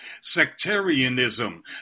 sectarianism